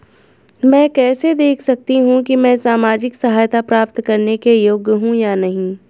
मैं कैसे देख सकती हूँ कि मैं सामाजिक सहायता प्राप्त करने के योग्य हूँ या नहीं?